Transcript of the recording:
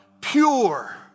pure